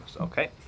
Okay